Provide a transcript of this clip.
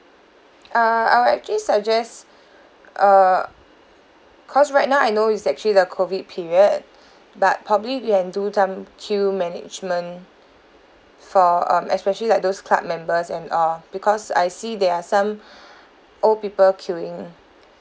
err I will actually suggest uh cause right now I know it's actually the COVID period but probably if you can do some queue management for um especially like those club members and all because I see there are some old people queuing